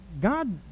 God